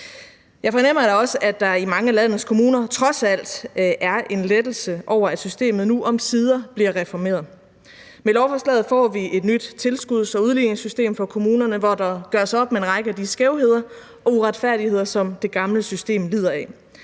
Jeg fornemmer da også, at der i mange af landets kommuner trods alt er en lettelse over, at systemet nu omsider bliver reformeret. Med lovforslaget får vi et nyt tilskuds- og udligningssystem for kommunerne, hvor der gøres op med en række af de skævheder og uretfærdigheder, som det gamle system lider af.